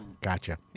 gotcha